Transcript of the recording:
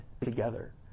together